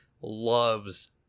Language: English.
loves